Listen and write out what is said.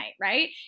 right